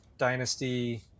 Dynasty